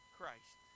Christ